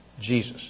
Jesus